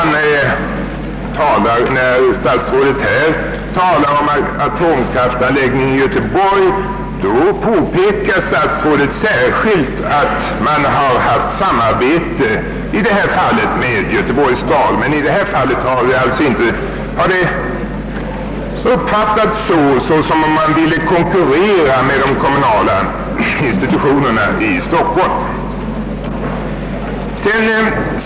När statsrådet talar om en atomkraftanläggning i Göteborg påpekar han särskilt att man i detta fall samarbetat med Göteborgs stad. Men när det gäller Storstockholm har planerna uppfattats som om man ville konkurrera med de kommunala institutionerna inom detta område.